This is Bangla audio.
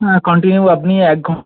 হ্যাঁ কন্টিনিউ আপনি এক ঘ